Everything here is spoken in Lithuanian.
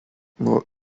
nuo